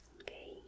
Okay